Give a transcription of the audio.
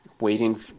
waiting